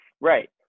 Right